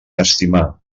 estimar